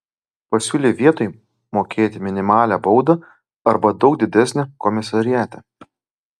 pasiūlė vietoj mokėti minimalią baudą arba daug didesnę komisariate